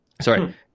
Sorry